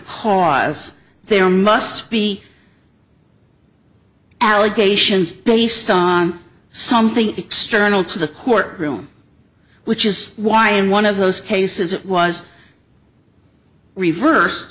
cause there must be allegations based on something external to the court room which is why in one of those cases it was reverse